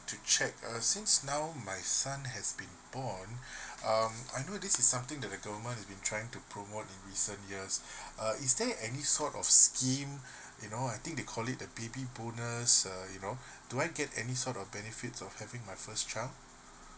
to check uh since now my son has been born um I know this is something that the government have been trying to promote in recent years err is there any sort of scheme you know I think they call it the baby bonus err you know do I get any sort of benefit of having my first child